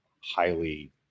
highly